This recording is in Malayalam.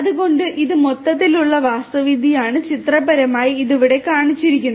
അതിനാൽ ഇത് മൊത്തത്തിലുള്ള വാസ്തുവിദ്യയാണ് ചിത്രപരമായി ഇത് ഇവിടെ കാണിച്ചിരിക്കുന്നത്